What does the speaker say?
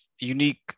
unique